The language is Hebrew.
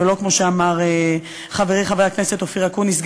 ולא כמו שאמר חברי חבר הכנסת אופיר אקוניס,